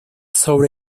sobre